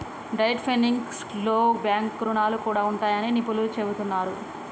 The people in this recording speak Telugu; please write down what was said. డెట్ ఫైనాన్సింగ్లో బ్యాంకు రుణాలు కూడా ఉంటాయని నిపుణులు చెబుతున్నరు